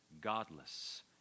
godless